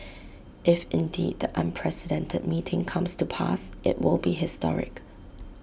if indeed the unprecedented meeting comes to pass IT will be historic